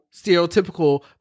stereotypical